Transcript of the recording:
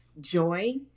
joy